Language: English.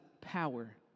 power